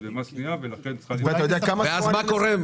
במס קנייה ולכן צריכה --- ואז מה קורה?